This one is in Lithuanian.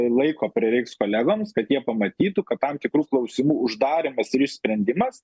laiko prireiks kolegoms kad jie pamatytų kad tam tikrų klausimų uždarymas ir išsprendimas